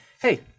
hey